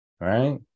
Right